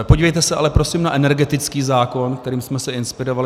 Podívejte se ale prosím na energetický zákon, kterým jsme se inspirovali.